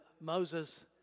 Moses